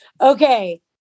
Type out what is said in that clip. Okay